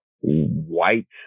white